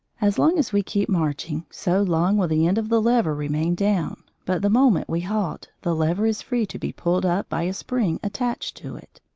as long as we keep marching, so long will the end of the lever remain down, but the moment we halt, the lever is free to be pulled up by a spring attached to it.